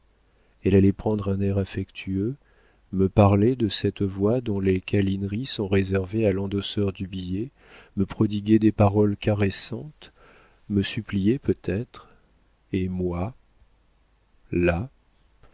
elle allait prendre un air affectueux me parler de cette voix dont les câlineries sont réservées à l'endosseur du billet me prodiguer des paroles caressantes me supplier peut-être et moi là